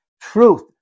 Truth